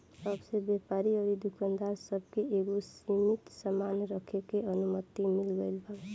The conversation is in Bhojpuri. अब से व्यापारी अउरी दुकानदार सब के एगो सीमित सामान रखे के अनुमति मिल गईल बावे